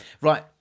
Right